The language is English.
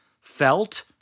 felt